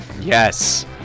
Yes